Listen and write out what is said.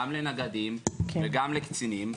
גם לנגדים וגם לקצינים,